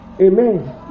Amen